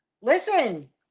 Listen